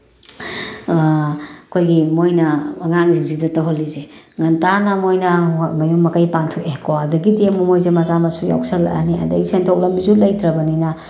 ꯑꯩꯈꯣꯏꯒꯤ ꯃꯣꯏꯅ ꯑꯉꯥꯡꯁꯤꯡꯁꯤꯗ ꯇꯧꯍꯜꯂꯤꯁꯦ ꯉꯟꯇꯥꯅ ꯃꯣꯏꯅ ꯃꯌꯨꯝ ꯃꯀꯩ ꯄꯥꯟꯊꯣꯛꯑꯦꯀꯣ ꯑꯗꯒꯤꯗꯤ ꯑꯃꯨꯛ ꯃꯣꯏꯁꯦ ꯃꯆꯥ ꯃꯁꯨ ꯌꯥꯎꯁꯤꯜꯂꯛꯑꯅꯤ ꯑꯗꯒꯤ ꯁꯦꯟꯊꯣꯛ ꯂꯝꯕꯤꯁꯨ ꯂꯩꯇ꯭ꯔꯕꯅꯤꯅ